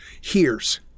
hears